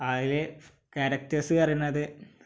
അതിൽ ക്യാരക്ടേഴ്സ് പറയുന്നത്